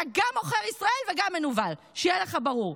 אתה גם עוכר ישראל וגם מנוול, שיהיה לך ברור.